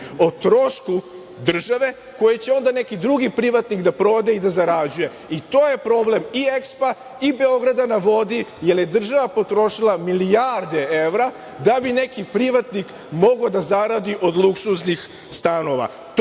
o trošku države koje će onda neki drugi privatnik da proda i da zarađuje, i to je problem i EXPO i Beograda na vodi, jer je država potrošila milijarde evra da bi neki privatnik mogao da zaradi od luksuznih stanova.